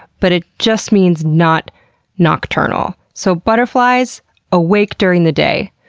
but it just means not nocturnal. so butterflies awake during the day.